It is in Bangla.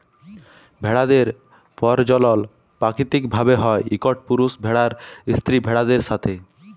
ভেড়াদের পরজলল পাকিতিক ভাবে হ্যয় ইকট পুরুষ ভেড়ার স্ত্রী ভেড়াদের সাথে